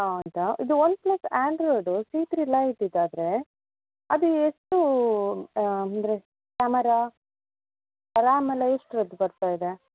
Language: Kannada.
ಹೌದಾ ಇದು OnePlus Android C three ಲೈಟಿದ್ದು ಆದರೆ ಅದು ಎಷ್ಟು ಅಂದರೆ ಕ್ಯಾಮರಾ ರ್ಯಾಮ್ ಎಲ್ಲ ಎಷ್ಟ್ರದ್ದು ಬರ್ತಾ ಇದೆ